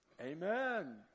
Amen